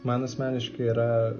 man asmeniškai yra